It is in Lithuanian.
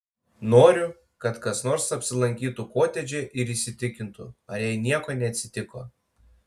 noriu kad kas nors apsilankytų kotedže ir įsitikintų ar jai nieko neatsitiko